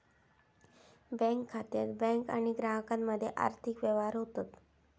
bank खात्यात bank आणि ग्राहकामध्ये आर्थिक व्यवहार होतत